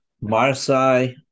Marseille